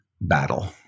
battle